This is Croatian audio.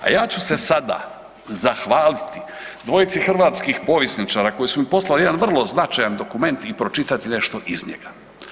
A ja ću se sada zahvaliti dvojici hrvatskih povjesničara koji su mi poslali jedan vrlo značajan dokument i pročitati nešto iz njega.